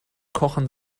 kochen